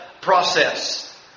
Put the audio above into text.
process